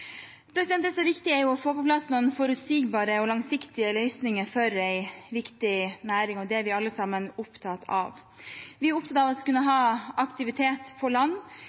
Det som er viktig, er å få på plass noen forutsigbare og langsiktige løsninger for en viktig næring. Det er vi alle sammen opptatt av. Vi er opptatt av at man skal kunne ha aktivitet på land.